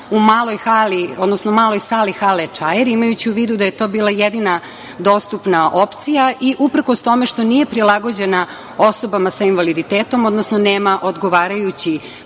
maloj sali hale „Čair“, imajući u vidu da je to bila jedina dostupna opcija i uprkos toma što nije prilagođena osobama sa invaliditetom, odnosno, nema odgovarajući